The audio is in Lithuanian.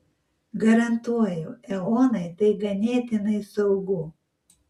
garantuoju eonai tai ganėtinai saugu